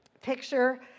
picture